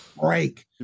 break